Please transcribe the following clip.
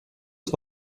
ist